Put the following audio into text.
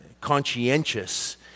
conscientious